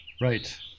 Right